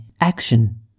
action